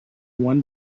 one